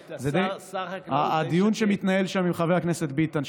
הדיון שמתנהל שם עם חבר הכנסת ביטן,